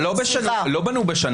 אבל לא בנו בשנה.